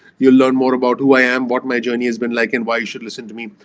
you'll learn more about who i am, what my journey has been like and why you should listen to me.